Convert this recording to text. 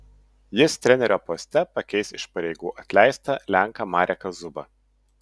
jis trenerio poste pakeis iš pareigų atleistą lenką mareką zubą